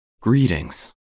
Greetings